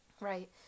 Right